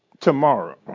tomorrow